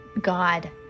God